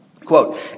Quote